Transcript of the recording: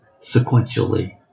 sequentially